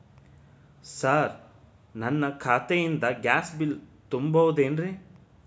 Sir ನನ್ನ ಖಾತೆಯಿಂದ gas bill ತುಂಬಹುದೇನ್ರಿ?